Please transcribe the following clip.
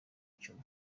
icumu